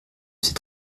ses